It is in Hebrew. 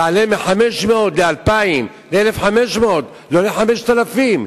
תעלה מ-500 ל-2,000, ל-1,500, לא ל-5,000.